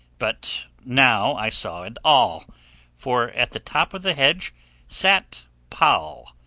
but now i saw it all for at the top of the hedge sat poll,